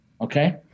okay